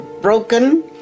broken